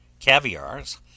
Caviars